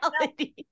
reality